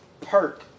perk